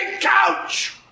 couch